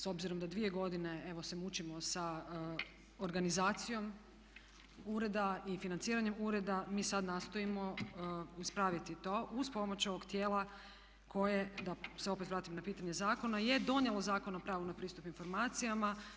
S obzirom da dvije godine evo se mučimo sa organizacijom ureda i financiranjem ureda, mi sada nastojimo ispraviti to uz pomoć ovog tijela koje da se opet vratim na pitanje zakona je donijelo Zakon o pravu na pristup informacijama.